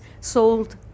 sold